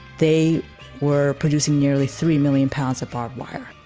they were producing nearly three million pounds of barbed wire